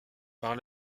par